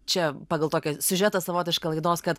čia pagal tokį siužetą savotišką laidos kad